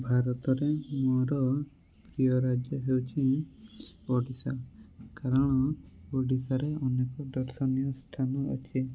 ଭାରତରେ ମୋର ପ୍ରିୟ ରାଜ୍ୟ ହେଉଛି ଓଡ଼ିଶା କାରଣ ଓଡ଼ିଶାରେ ଅନେକ ଦର୍ଶନୀୟ ସ୍ଥାନ ଅଛି